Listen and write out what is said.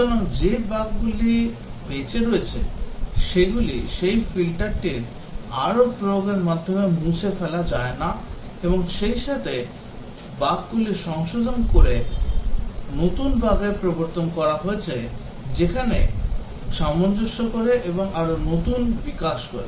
সুতরাং যে বাগগুলি বেঁচে রয়েছে সেগুলি সেই ফিল্টারটির আরও প্রয়োগের মাধ্যমে মুছে ফেলা যায় না এবং সেই সাথে বাগগুলি সংশোধন করে নতুন বাগ এর প্রবর্তন করা হয়েছে যেখানে সামঞ্জস্য করে এবং আরও নতুন বিকাশ করে